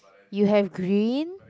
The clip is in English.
you have green